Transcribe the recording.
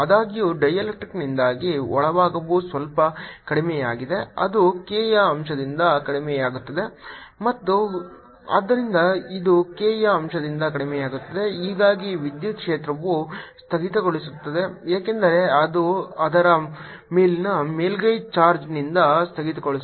ಆದಾಗ್ಯೂ ಡೈಎಲೆಕ್ಟ್ರಿಕ್ನಿಂದಾಗಿ ಒಳಭಾಗವು ಸ್ವಲ್ಪ ಕಡಿಮೆಯಾಗಿದೆ ಅದು k ಯ ಅಂಶದಿಂದ ಕಡಿಮೆಯಾಗುತ್ತದೆ ಮತ್ತು ಆದ್ದರಿಂದ ಇದು k ಯ ಅಂಶದಿಂದ ಕಡಿಮೆಯಾಗಿದೆ ಹೀಗಾಗಿ ವಿದ್ಯುತ್ ಕ್ಷೇತ್ರವು ಸ್ಥಗಿತಗೊಳ್ಳುತ್ತದೆ ಏಕೆಂದರೆ ಅದರ ಮೇಲಿನ ಮೇಲ್ಮೈ ಚಾರ್ಜ್ನಿಂದ ಸ್ಥಗಿತಗೊಳ್ಳುತ್ತದೆ